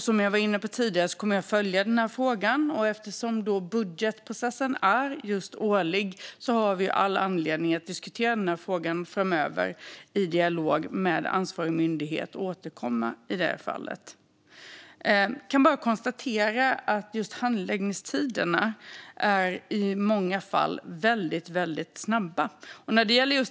Som jag var inne på tidigare kommer jag att följa frågan, och eftersom budgetprocessen är årlig har vi all anledning att diskutera frågan framöver i dialog med ansvarig myndighet och återkomma. Jag kan bara konstatera att handläggningstiderna i många fall är väldigt korta.